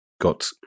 got